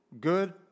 good